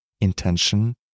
intention